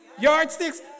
yardsticks